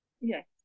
yes